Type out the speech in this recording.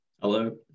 Hello